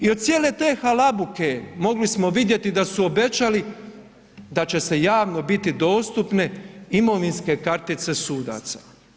I od cijele te halabuke mogli smo vidjeti da su obećali da će se javno biti dostupne imovinske kartice sudaca.